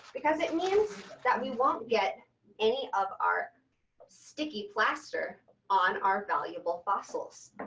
because it means that we won't get any of our sticky plaster on our valuable fossils.